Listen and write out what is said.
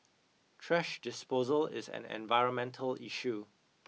trash disposal is an environmental issue